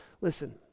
Listen